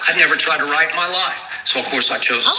and never tried to write my life. so of course i chose